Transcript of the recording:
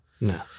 no